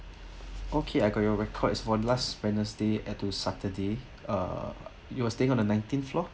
okay I got your record is for last wednesday and to saturday uh you are staying on the nineteenth floor